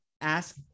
ask